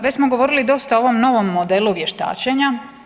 Već smo govorili dosta o ovom novom modelu vještačenja.